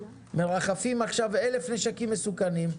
מרחפים עכשיו 1,000 נשקים מסוכנים,